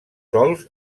sòls